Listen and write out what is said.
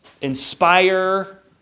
inspire